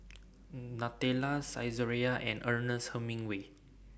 Nutella Saizeriya and Ernest Hemingway